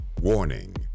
Warning